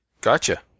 Gotcha